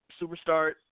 Superstar